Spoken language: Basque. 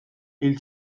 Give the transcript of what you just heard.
hil